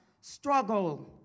struggle